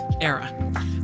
era